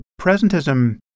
presentism